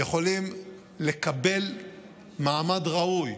יכולים לקבל מעמד ראוי.